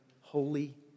holy